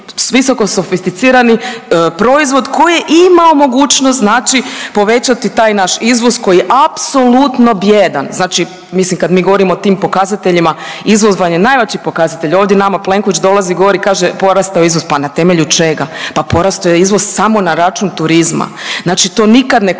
visoko sofisticirani proizvod koji je imao mogućnost, znači povećati taj naš izvoz koji je apsolutno bijedan. Znači, mislim kad mi govorimo o tim pokazateljima izvoz vam je najveći pokazatelj. Ovdje nama Plenković dolazi, govori kaže porastao je izvoz. Pa na temelju čega? Pa porastao je izvoz samo na račun turizma, znači to nikad ne